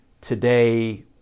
today